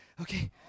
Okay